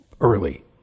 early